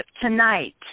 tonight